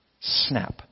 snap